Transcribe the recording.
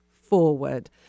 forward